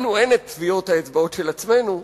לנו אין טביעות האצבעות של עצמנו,